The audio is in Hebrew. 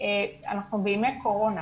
אנחנו בימי קורונה